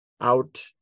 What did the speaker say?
out